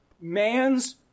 Man's